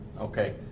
okay